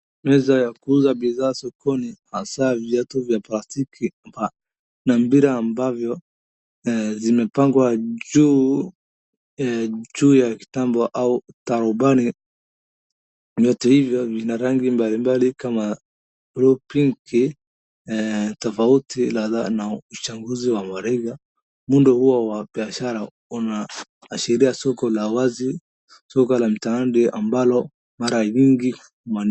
Meza ya kuuza bidhaa sokoni hasa viatu vya plasitiki na mipira ambazo zimepangwa juu ya kitambaa au tarubani. Vyote hivyo vina rangi mbali mbali kama bluu na pinki tofauti na uchaguzi wa mwanariadha. Muda huo wa biashara unaashiria soko la wazi soko la mtaani ambalo mara nyingi...